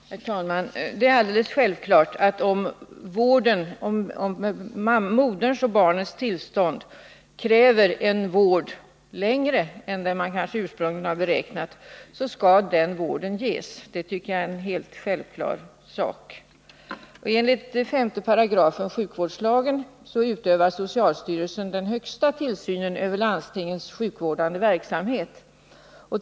Herr talman! Det är alldeles självklart att om moderns och barnets tillstånd kräver en längre vård än den man kanske ursprungligen har beräknat, skall den vården ges. Det tycker jag som sagt är en helt självklar sak. Enligt 5 § sjukvårdslagen utövar socialstyrelsen den högsta tillsynen över landstingens sjukvårdande verksamhet.